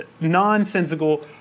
nonsensical